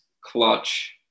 clutch